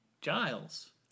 Giles